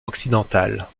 occidentales